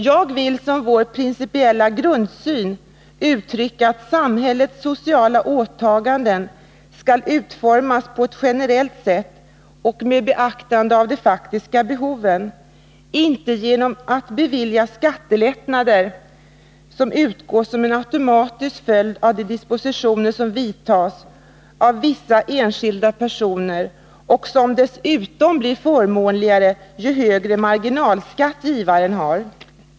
Jag vill som vår principiella grundsyn uttrycka att samhällets sociala åtaganden skall utformas på ett generellt sätt och med beaktande av de faktiska behoven, inte genom beviljande av skattelättnader som utgår som en automatisk följd av de dispositioner, som vidtas av vissa enskilda personer och som dessutom blir förmånligare ju högre marginalskatt givaren har.